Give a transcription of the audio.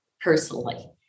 personally